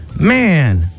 Man